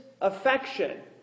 affection